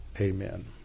amen